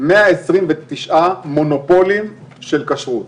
129 מונופולים של כשרות.